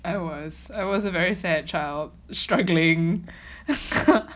I was I was a very sad child struggling